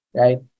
right